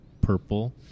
purple